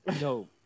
No